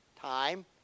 Time